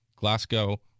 Glasgow